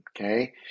okay